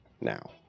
now